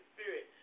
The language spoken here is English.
Spirit